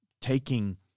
taking